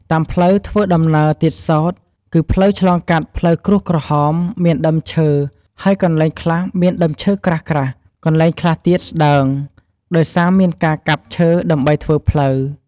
តាមផ្លូវធ្វើដំណើរទៀតសោត គឺត្រូវឆ្លងកាត់ផ្លូវក្រួសក្រហម មានដើមឈើ ហើយ កន្លែងខ្លះមានដើមឈើក្រាស់ៗ កន្លែងខ្លះទៀតស្ដើង ដោយសារមានការកាប់ឈើដើម្បីធ្វើផ្លូវ។